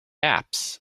apps